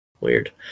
weird